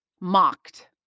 mocked